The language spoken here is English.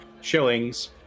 shillings